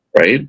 right